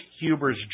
Huber's